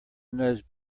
knows